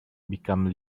become